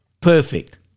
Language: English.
perfect